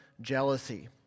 jealousy